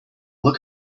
look